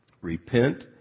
Repent